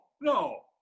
no